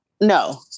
No